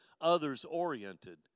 others-oriented